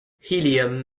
helium